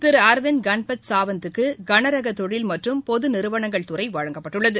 திரு அரவிந்த் கன்பத் சாவந்த் க்கு கனரக தொழில் மற்றும் பொது நிறுவனங்கள் துறை வழங்கப்பட்டுள்ளது